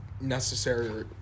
necessary